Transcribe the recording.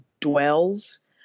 dwells